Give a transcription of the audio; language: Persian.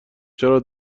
چرا